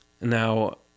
Now